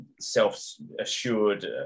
self-assured